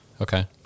Okay